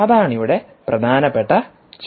അതാണ് ഇവിടെ പ്രധാനപ്പെട്ട ചോദ്യം